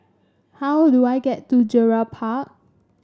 how do I get to Gerald Park